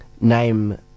name